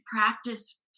practice